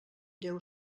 déu